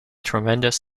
tremendous